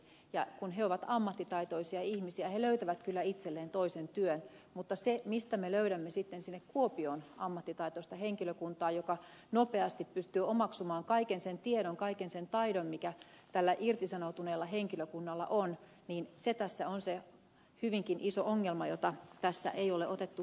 ja kun he ovat ammattitaitoisia ihmisiä he löytävät kyllä itselleen toisen työn mutta se mistä me löydämme sitten sinne kuopioon ammattitaitoista henkilökuntaa joka nopeasti pystyy omaksumaan kaiken sen tiedon kaiken sen taidon mikä tällä irtisanoutuneella henkilökunnalla on niin se tässä on se hyvinkin iso ongelma jota tässä ei ole otettu huomioon